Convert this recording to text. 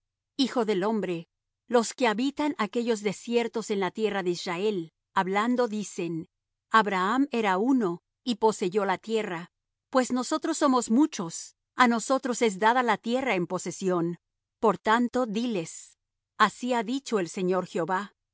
hijo del hombre los que habitan aquellos desiertos en la tierra de israel hablando dicen abraham era uno y poseyó la tierra pues nosotros somos muchos á nosotros es dada la tierra en posesión por tanto diles así dicho el señor jehová con